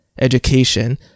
education